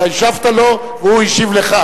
אתה השבת לו והוא השיב לך.